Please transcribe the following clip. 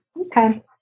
Okay